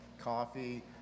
coffee